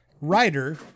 writer